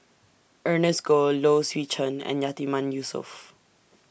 Ernest Goh Low Swee Chen and Yatiman Yusof